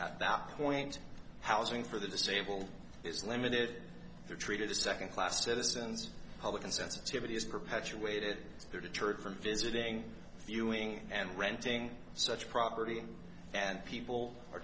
at that point housing for the disabled is limited they're treated as second class citizens public insensitivity is perpetuated there deterred from visiting viewing and renting such property and people are